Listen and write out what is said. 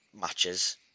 matches